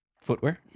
Footwear